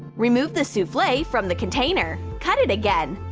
remove the souffle from the container. cut it again.